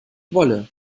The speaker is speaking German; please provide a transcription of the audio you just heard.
wolle